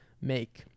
make